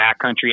backcountry